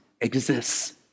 exists